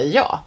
ja